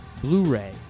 Blu-ray